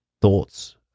thoughts